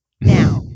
now